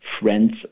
friends